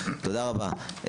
תודה רבה.